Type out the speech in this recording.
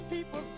people